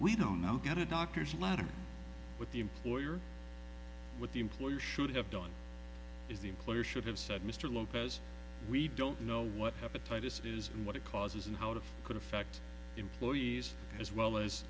we don't know get a doctor's letter with the employer what the employer should have done is the employer should have said mr lopez we don't know what it is and what it causes and how to could affect employees as well as